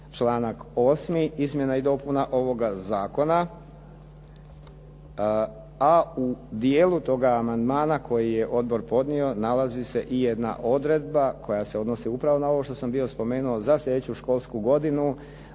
članak 8. izmjena i dopuna ovoga zakona. A u dijelu toga amandmana koji je odbor podnio nalazi se i jedna odredba koja se odnosi upravo na ovo što sam bio spomenuo za sljedeću školsku godinu,